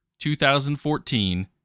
2014